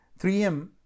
3M